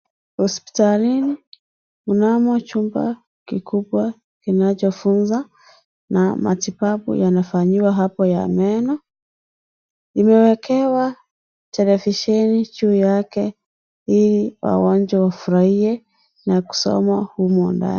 Hospitalini, mnamo chumba kikubwa kinachofunza na matibabu anafanyiwa hapo ya meno. Imewekewa televisheni juu yake, ili wagonjwa wafurahie na kusoma humo ndani.